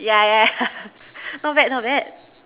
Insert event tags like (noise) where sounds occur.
yeah yeah yeah (laughs) not bad not bad